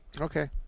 Okay